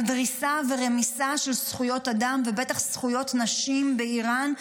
על דריסה ורמיסה של זכויות אדם ובטח זכויות נשים באיראן,